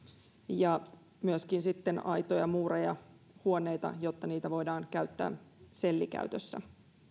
ja myöskin sitten aitoja muureja huoneita jotta niitä voidaan käyttää sellikäytössä